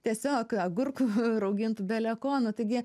tiesiog agurkų raugintų beleko nu taigi